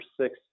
six